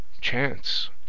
Chance